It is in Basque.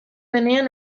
denean